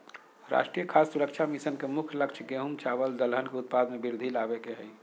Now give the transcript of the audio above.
राष्ट्रीय खाद्य सुरक्षा मिशन के मुख्य लक्ष्य गेंहू, चावल दलहन के उत्पाद में वृद्धि लाबे के हइ